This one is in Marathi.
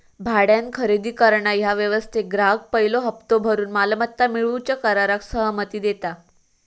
भाड्यान खरेदी करणा ह्या व्यवस्थेत ग्राहक पयलो हप्तो भरून मालमत्ता मिळवूच्या कराराक सहमती देता